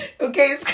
okay